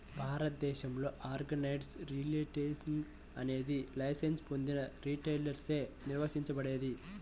భారతదేశంలో organised retailing అనేది licence పొందిన రిటైలర్లచే నిర్వహించబడేది